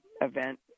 event